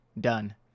done